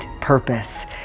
purpose